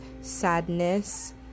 sadness